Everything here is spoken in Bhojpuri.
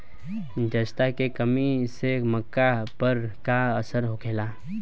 जस्ता के कमी से मक्का पर का असर होखेला?